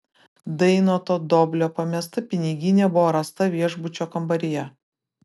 dainoto doblio pamesta piniginė buvo rasta viešbučio kambaryje